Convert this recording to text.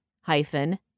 hyphen